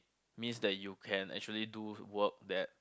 means that you can actually do work that